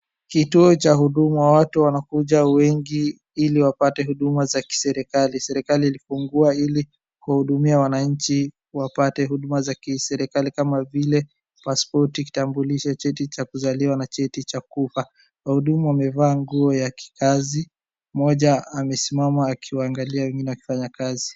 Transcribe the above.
Kituo cha huduma. Watu wanakuja wengi ili wapate huduma za kiserikali. Serikali ilifungua ili kuwahudumia wananchi wapate huduma za kiserikali kama vile pasipoti, kitambulisho, cheti cha kuzaliwa na cheti cha kufa. Wahudumu wamevaa nguo ya kikazi. Mmoja amesimama akiwaangalia wengine wakifanya kazi.